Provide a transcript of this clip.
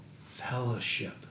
fellowship